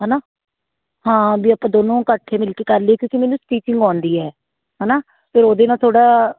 ਹੈ ਨਾ ਹਾਂ ਵੀ ਆਪਾਂ ਦੋਨੋਂ ਕਰਕੇ ਮਿਲ ਕੇ ਕਰ ਲਈਏ ਕਿਉਂਕਿ ਮੈਨੂੰ ਸਟੀਚਿੰਗ ਆਉਂਦੀ ਹੈ ਹੈ ਨਾ ਅਤੇ ਉਹਦੇ ਨਾਲ ਥੋੜ੍ਹਾ